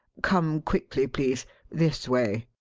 come quickly, please this way.